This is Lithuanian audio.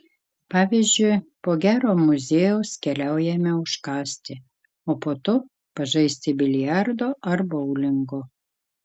pavyzdžiui po gero muziejaus keliaujame užkąsti o po to pažaisti biliardo ar boulingo